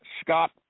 Scott